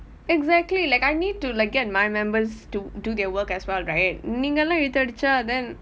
exactly like I need to like get my members to do their work as well right நீங்க எல்லாம் இழுத்து அடிச்சா:ninga ellaam iluthu adichaa then